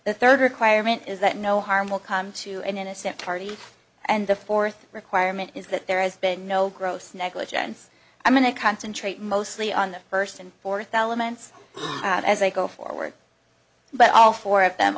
the third requirement is that no harm will come to an innocent party and the fourth requirement is that there has been no gross negligence i'm going to concentrate mostly on the first and fourth elements as they go forward but all four of them